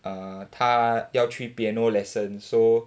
err 他要去 piano lesson so